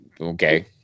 okay